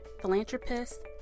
philanthropist